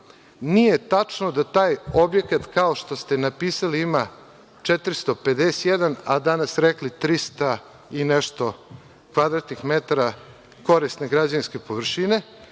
nije tačno da taj objekat kao što ste napisali ima 451, a danas ste rekli 300 i nešto kvadratnih metara korisne građevinske površine.